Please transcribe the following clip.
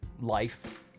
Life